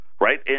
Right